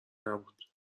نبود